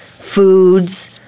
foods